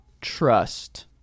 trust